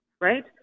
right